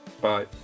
Bye